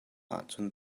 ahcun